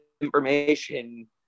information